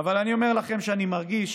אבל אני אומר לכם שאני מרגיש